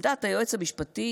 עמדת היועץ המשפטי